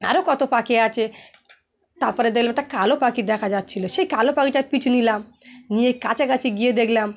আরও কত পাখি আছে তারপরে দেখলাম একটা কালো পাখি দেখা যাচ্ছিলো সেই কালো পাখিটার পিছ নিলাম নিয়ে কাছাকাছি গিয়ে দেখলাম